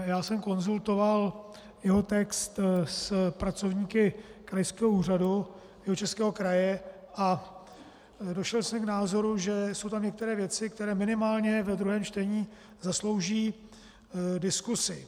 Já jsem konzultoval jeho text s pracovníky Krajského úřadu Jihočeského kraje a došel jsem k názoru, že jsou tam některé věci, které minimálně ve druhém čtení zaslouží diskuzi.